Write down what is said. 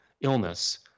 illness